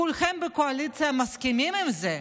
כולכם בקואליציה מסכימים עם זה.